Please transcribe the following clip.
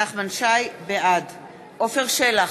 בעד עפר שלח,